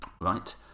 right